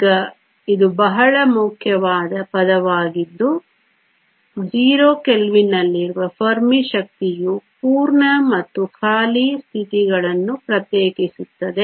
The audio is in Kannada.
ಈಗ ಇದು ಬಹಳ ಮುಖ್ಯವಾದ ಪದವಾಗಿದ್ದು 0 ಕೆಲ್ವಿನ್ ನಲ್ಲಿರುವ ಫೆರ್ಮಿ ಶಕ್ತಿಯು ಪೂರ್ಣ ಮತ್ತು ಖಾಲಿ ಸ್ಥಿತಿಗಳನ್ನು ಪ್ರತ್ಯೇಕಿಸುತ್ತದೆ